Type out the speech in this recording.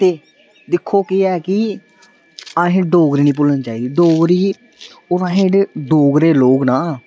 ते दिक्खो केह् ऐ कि अहें डोगरी नी भुल्लनी चाहिदी डोगरी और अहें जेह्ड़े डोगरे लोग ना